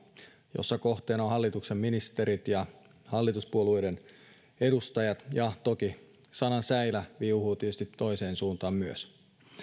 jossa kohteena ovat hallituksen ministerit ja hallituspuolueiden edustajat ja toki sanan säilä viuhuu tietysti toiseen suuntaan myös